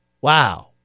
wow